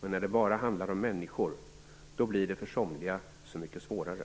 Men när det bara handlar om människor - då blir det för somliga så mycket svårare.